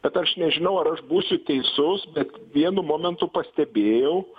bet aš nežinau ar aš būsiu teisus bet vienu momentu pastebėjau